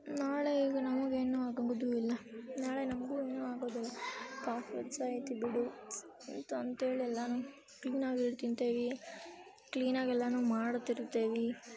ನಾಳೆ ಹೇಗು ನಮಗೇನೂ ಆಗದೂ ಇಲ್ಲ ನಾಳೆ ನಮಗೂ ಏನೂ ಆಗೋದಿಲ್ಲ ಸ್ವಚ್ಛಾಯಿತು ಬಿಡು ಅಂತ ಅಂತೇಳಿ ಎಲ್ಲನೂ ಕ್ಲೀನಾಗೇ ಇಡು ತಿಂತೇವೆ ಕ್ಲೀನಾಗಿ ಎಲ್ಲನೂ ಮಾಡ್ತಿರ್ತೇವೆ